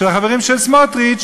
של החברים של סמוטריץ,